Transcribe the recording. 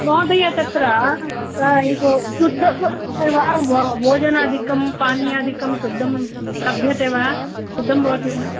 महोदय तत्र इदु शुद्धं वा सर्वं भोजनादिकं पानीयादिकं शुद्धं लभ्यते वा शुद्धं भवति वा